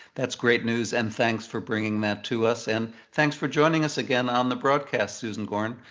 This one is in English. that's great news and thanks for bringing that to us, and thanks for joining us again on the broadcast, susan gorin,